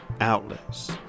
outlets